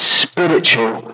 spiritual